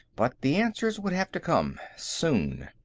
but the answers would have to come, soon.